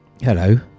Hello